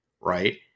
right